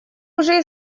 уже